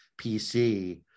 PC